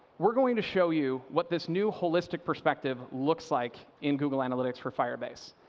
we're going to show you what this new holistic perspective looks like in google analytics for firebase.